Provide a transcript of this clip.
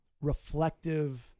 reflective